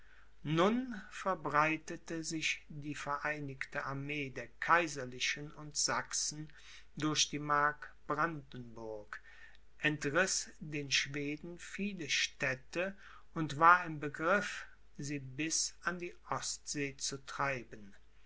nun verbreitete sich die vereinigte armee der kaiserlichen und sachsen durch die mark brandenburg entriß den schweden viele städte und war im begriff sie bis an die ostsee zu treiben